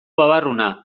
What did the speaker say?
babarruna